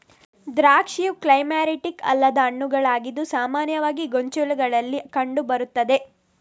ದ್ರಾಕ್ಷಿಯು ಕ್ಲೈಮ್ಯಾಕ್ಟೀರಿಕ್ ಅಲ್ಲದ ಹಣ್ಣುಗಳಾಗಿದ್ದು ಸಾಮಾನ್ಯವಾಗಿ ಗೊಂಚಲುಗಳಲ್ಲಿ ಕಂಡು ಬರುತ್ತದೆ